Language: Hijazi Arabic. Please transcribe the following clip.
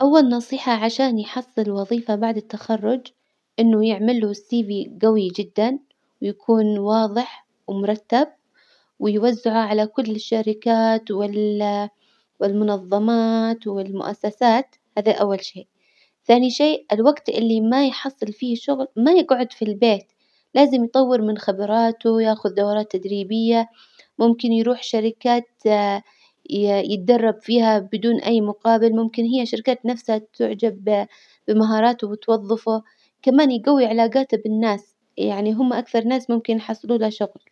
أول نصيحة عشان يحصل وظيفة بعد التخرج إنه يعمل له سيرة ذاتية جوي جدا ويكون واظح ومرتب، ويوزعه على كل الشركات وال والمنظمات والمؤسسات هذا أول شي، ثاني شي الوجت اللي ما يحصل فيه شغل ما يجعد في البيت، لازم يطور من خبراته ويأخذ دورات تدريبية، ممكن يروح شركات ي- يتدرب فيها بدون أي مقابل، ممكن هي الشركات نفسها تعجب بمهاراته وبتوظفه، كمان يجوي علاجاته بالناس يعني هم أكثر ناس ممكن يحصلوا له شغل.